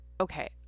okay